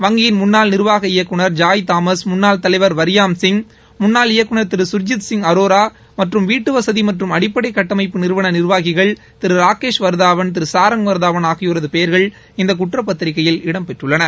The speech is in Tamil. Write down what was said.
வங்கியின் முன்னாள் நிர்வாக இயக்குநர் ஜாய் தாமஸ் முன்னாள் தலைவர் வர்யாம் சிங் முன்னாள் இயக்குநர் திரு கர்ஜித் சிங் அரோரா மற்றும் வீட்டுவசதி மற்றும் அடிப்படை கட்டமைப்பு நிறுவன நிர்வாகிகள் திரு ராகேஷ் வர்தாவன் திரு சாரங் வர்தாவன் ஆகியோரது பெயர்கள் இந்த குற்றப்பத்திரிகையில் இடம்பெற்றுள்ளன